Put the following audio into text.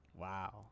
Wow